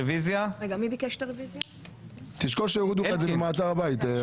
תשקול שיורידו לך את הימים ממעצר הבית.